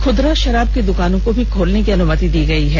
खुदरा षराब की दुकानों को भी खोलने की अनुमति दी गई है